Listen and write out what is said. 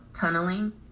tunneling